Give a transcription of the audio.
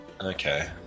Okay